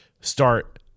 start